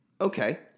Okay